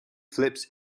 flips